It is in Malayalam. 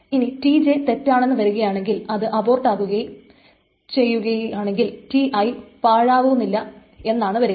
ഇനി Tj തെറ്റാണെന്നു വരുകിൽ അത് അബോർട്ട് ആകുകയും ചെയ്യുകയാണെങ്കിൽ Ti പാഴാക്കുന്നില്ല എന്നാണ് വരുക